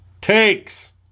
Takes